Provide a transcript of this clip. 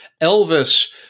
Elvis